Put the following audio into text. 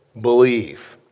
believe